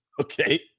Okay